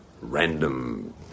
random